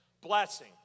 blessing